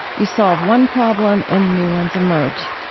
you solve one problem and new ones emerge.